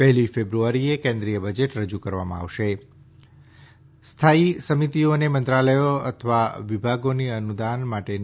પહેલી ફેબ્રુઆરીએ કેન્દ્રીય બજેટ રજૂ કરવામાં આવશે સ્થાયી સમિતિઓને મંત્રાલયો અથવા વિભાગોની અનુદાન માટેની